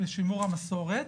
בשימור המסורת.